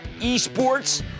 eSports